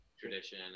tradition